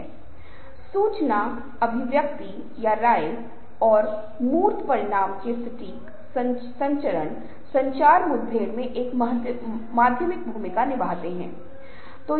इसलिए समूह अपनी "रचना" की वजह से नहीं जैसे कि महिलाओं या पुरुषों की संख्या बूढ़े या युवा लेकिन संचार संबंध विकसित होने और विशिष्ट लोगों के बीच साझा की गई बातों की तरह